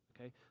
okay